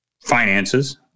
finances